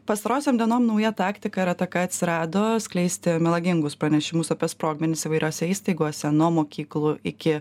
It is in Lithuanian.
pastarosiom dienom nauja taktika ir ataka atsirado skleisti melagingus pranešimus apie sprogmenis įvairiose įstaigose nuo mokyklų iki